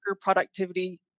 productivity